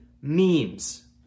memes